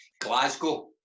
Glasgow